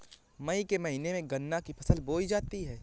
मई के महीने में गन्ना की फसल बोई जाती है